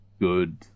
good